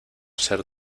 ser